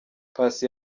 paccy